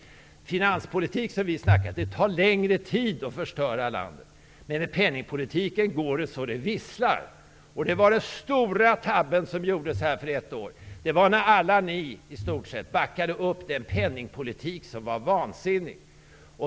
Det tar längre tid att förstöra landet med finanspolitik, som vi snackar om. Med penningpolitiken går det så att det visslar. Den stora tabben som gjordes för ett år sedan var att ni alla, i stort sett, backade upp den penningpolitik som var vansinnig.